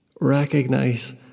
Recognize